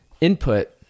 input